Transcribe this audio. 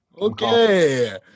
Okay